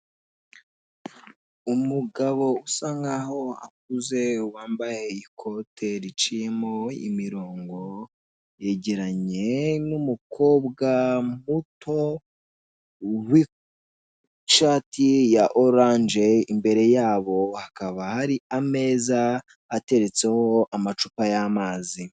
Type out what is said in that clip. Umugabo usa nk'aho ukuze wambaye ikote riciyemo imirongo, yegeranye n'umukobwa muto w'ishati ya oranje, imbere yabo hakaba hari ameza ateretseho amacupa y'amazi.